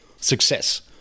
success